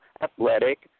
athletic